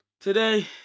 today